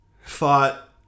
Fought